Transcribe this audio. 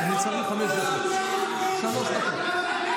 אני צריך חמש דקות, שלוש דקות.